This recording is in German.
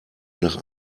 nach